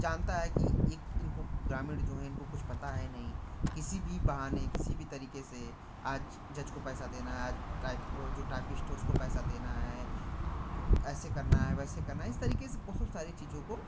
जानता है कि एक इनको ग्रामीण जो है इनको कुछ पता है नहीं किसी भी बहाने किसी भी तरीके से आज जज को पैसा देना है आज टाइप वो जो टाइपिस्ट है उसको पैसा देना है ऐसे करना है वैसे करना है इस तरीके से बहुत सारी चीज़ों को